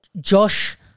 Josh